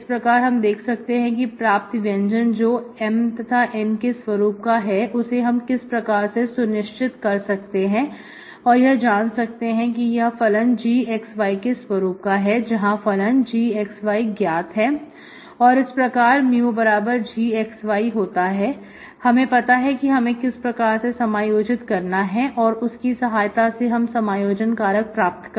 इस प्रकार हम देख सकते हैं प्राप्त व्यंजन जो M तथा N के स्वरूप का है उसे हम किस प्रकार से सुनिश्चित कर सकते हैं और यह जान सकते हैं कि यह फलन gx y के स्वरूप का जहां फलन gx y ज्ञात है और इस प्रकार mu gx y होता है हमें पता है कि हमें इसे किस प्रकार से समायोजित करना है और उसकी सहायता से हम समायोजन कारक प्राप्त कर सकते हैं